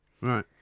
Right